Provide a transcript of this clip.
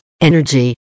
energy